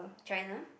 China